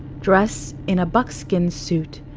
dressed in a buckskin suit,